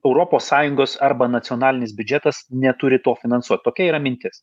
europos sąjungos arba nacionalinis biudžetas neturi to finansuot tokia yra mintis